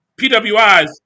PWIs